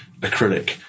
acrylic